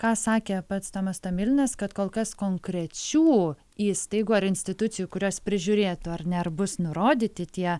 ką sakė pats tomas tomilinas kad kol kas konkrečių įstaigų ar institucijų kurios prižiūrėtų ar ne ar bus nurodyti tie